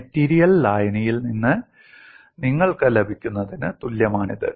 material ലായനിയിൽ നിന്ന് നിങ്ങൾക്ക് ലഭിക്കുന്നതിന് തുല്യമാണിത്